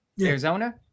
arizona